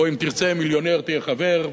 או אם תרצה: מיליונר, תהיה חבר.